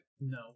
No